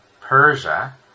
Persia